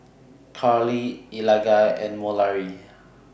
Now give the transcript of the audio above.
Karlee Eligah and Mallorie